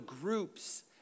groups